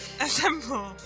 Assemble